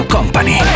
Company